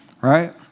Right